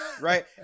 right